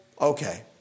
okay